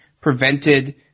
prevented